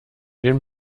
den